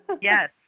Yes